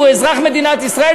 והוא אזרח מדינת ישראל,